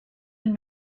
and